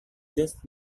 just